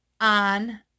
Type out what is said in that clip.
on